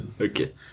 Okay